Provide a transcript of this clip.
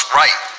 right